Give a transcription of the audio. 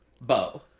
Bo